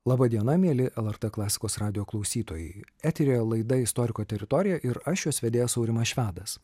laba diena mieli lrt klasikos radijo klausytojai eteryje laida istoriko teritorija ir aš jos vedėjas aurimas švedas